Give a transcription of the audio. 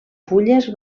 fulles